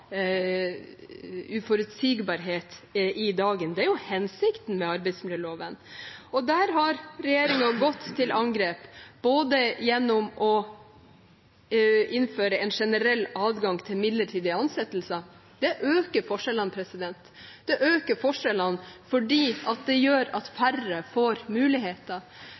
uforutsigbarhet i dagen. Det er hensikten med arbeidsmiljøloven. Der har regjeringen gått til angrep, bl.a. gjennom å innføre en generell adgang til midlertidige ansettelser. Det øker forskjellene fordi det gjør at færre får muligheter.